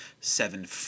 seven